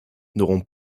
n’auront